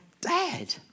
dad